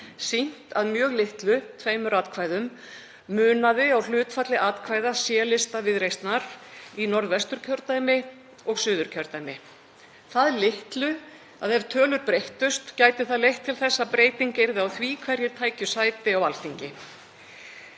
sýnt að mjög litlu, tveimur atkvæðum, munaði á hlutfalli atkvæða C-lista Viðreisnar í Norðvesturkjördæmi og Suðurkjördæmi, það litlu að ef tölur breyttust gæti það leitt til þess að breyting yrði á því hverjir tækju sæti á Alþingi.